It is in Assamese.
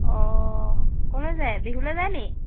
অ ক'লৈ যায় বিহুলৈ যায় নি